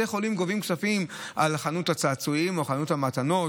בתי חולים גובים כספים על חנות הצעצועים או חנות המתנות,